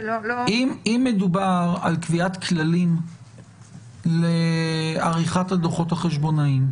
אם מדובר על קביעת כללים לעריכת הדוחות החשבונאים.